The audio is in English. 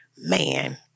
Man